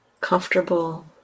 comfortable